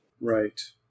Right